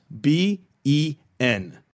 B-E-N